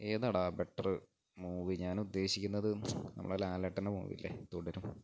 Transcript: ഏതാണെടാ better movie ഞാനുദ്ദേശിക്കുന്നത് നമ്മുടെ ലാലേട്ടന്റെ മൂവിയില്ലേ തുടരും